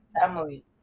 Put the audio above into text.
family